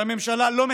כשהממשלה לא מתפקדת,